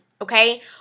Okay